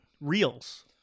reels